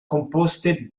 composte